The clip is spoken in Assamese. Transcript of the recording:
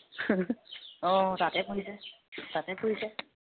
অঁ তাতে পঢ়িছে তাতে পঢ়িছে